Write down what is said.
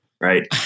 Right